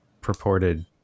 purported